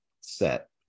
set